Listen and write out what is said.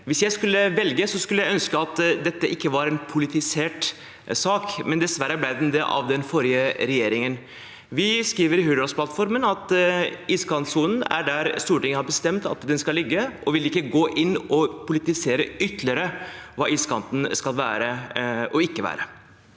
Hvis jeg skulle velge, skulle jeg ønske at dette ikke var en politisert sak, men dessverre ble den det av den forrige regjeringen. Vi skriver i Hurdalsplattformen at iskantsonen er der Stortinget har bestemt at den skal ligge, og vil ikke gå inn å politisere ytterligere hva iskanten skal være og ikke være.